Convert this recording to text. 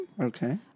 okay